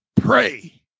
pray